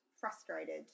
frustrated